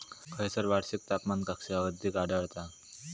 खैयसर वार्षिक तापमान कक्षा अधिक आढळता?